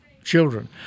Children